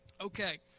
Okay